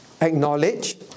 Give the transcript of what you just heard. Acknowledge